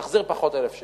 תחזיר פחות 1,000 שקל,